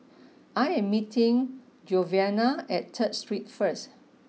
I am meeting Giovanna at Third Street first